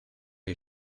you